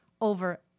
over